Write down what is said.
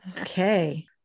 Okay